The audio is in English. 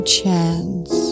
chance